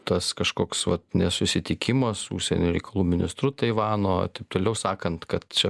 tas kažkoks va nesusitikimas su užsienio reikalų ministru taivano taip toliau sakant kad čia